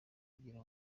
kugira